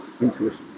intuition